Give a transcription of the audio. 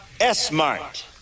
S-Mart